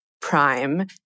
Prime